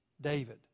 David